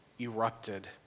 erupted